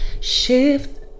Shift